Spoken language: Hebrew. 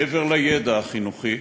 מעבר לידע החינוכי,